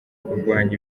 kurwanya